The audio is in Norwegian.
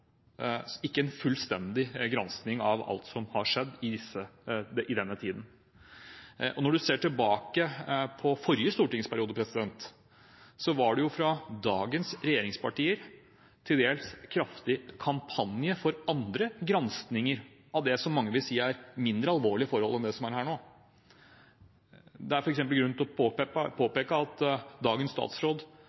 ikke en fullstendig granskning av alt som har skjedd i denne tiden. Når man ser tilbake på forrige stortingsperiode, var det fra dagens regjeringspartier en til dels kraftig kampanje for granskning av det som mange vil si er mindre alvorlige forhold enn det som er her nå. Det er f.eks. grunn til å påpeke at dagens